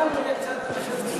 בינתיים,